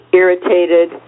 irritated